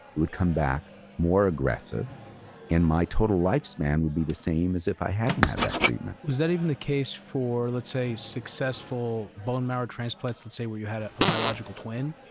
it would come back more aggressive and my total life span would be the same as if i hadn't had that treatment. was that even the case for, let's say successful bone marrow transplant, let's say where you had a biological twin?